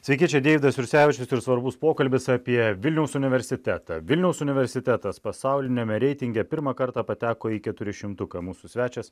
sveiki čia deividas jursevičius ir svarbus pokalbis apie vilniaus universitetą vilniaus universitetas pasauliniame reitinge pirmą kartą pateko į keturišimtuką mūsų svečias